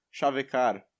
chavecar